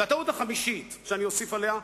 והטעות החמישית שאני אוסיף עליה,